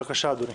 בבקשה, אדוני.